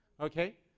Okay